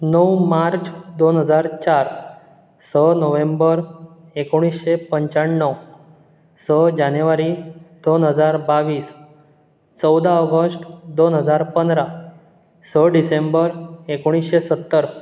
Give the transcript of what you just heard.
णव मार्च दोन हजार चार स नोव्हेंबर एकूणीश्शे पंच्याण्णव स जानेवारी दोन हजार बावीस चोवदा ऑगस्ट दोन हजार पंदरा स डिसेंबर एकूणश्शे सत्तर